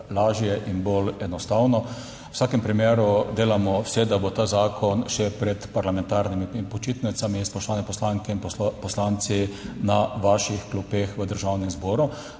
in bolj enostavno. V vsakem primeru delamo vse, da bo ta zakon še pred parlamentarnimi počitnicami, spoštovane poslanke in poslanci, na vaših klopeh v Državnem zboru.